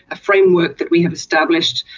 a framework that we have established,